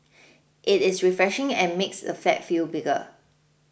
it is refreshing and makes the flat feel bigger